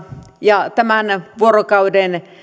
ja tämän vuorokauden